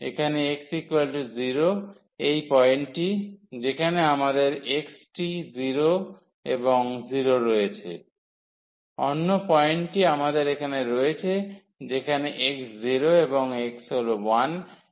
এখানে x 0 এই পয়েন্টটি যেখানে আমাদের x টি 0 এবং 0 রয়েছে অন্য পয়েন্টটি আমাদের এখানে রয়েছে যেখানে x 0 এবং x হল 1 এবং y হল 1